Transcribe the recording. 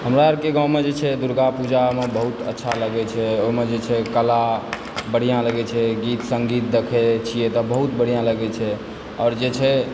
हमरा आरके गाँवमे छै दुर्गा पूजामे बहुत अच्छा लागै छै ओहिमे जे छै कला बढ़िआँ लागै छै गीत सङ्गीत देखै छियै तऽ बहुत बढ़िआँ लागै छै आओर जे छै